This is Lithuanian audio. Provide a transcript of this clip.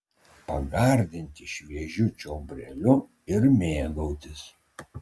pagardinti šviežiu čiobreliu ir mėgautis